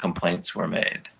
complaints were made